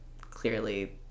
clearly